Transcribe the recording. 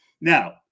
Now